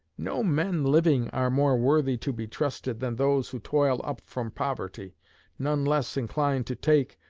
no men living are more worthy to be trusted than those who toil up from poverty none less inclined to take,